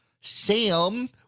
Sam